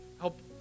Help